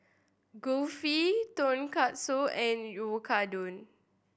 Kulfi Tonkatsu and Oyakodon